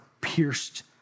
pierced